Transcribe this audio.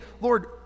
Lord